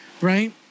Right